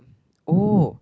oh